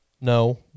No